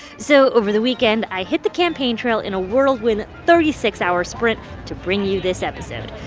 so over the weekend, i hit the campaign trail in a whirlwind thirty six hour sprint to bring you this episode.